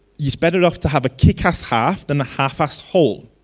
you're better off to have a kick-ass half and a half-assed whole.